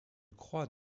croix